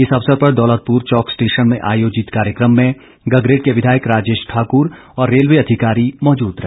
इस अवसर पर दौलतपुर चौक स्टेशन में आयोजित कार्यक्रम में गगरेट के विधायक राजेश ठाक्र और रेलवे अधिकारी मौजूद रहे